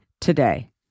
today